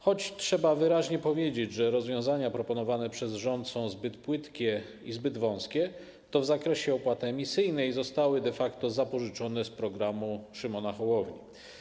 Choć trzeba wyraźnie powiedzieć, że rozwiązania proponowane przez rząd są zbyt płytkie i zbyt wąskie, to w zakresie opłaty emisyjnej zostały de facto zapożyczone z programu Szymona Hołowni.